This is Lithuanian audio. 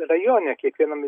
rajone kiekvienam